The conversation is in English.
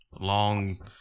long